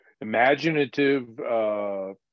imaginative